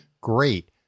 great